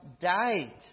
died